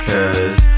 Cause